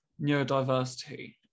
neurodiversity